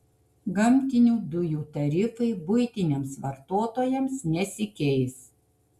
gamtinių dujų tarifai buitiniams vartotojams nesikeis